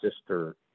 sister